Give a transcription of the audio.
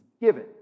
given